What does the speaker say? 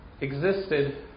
existed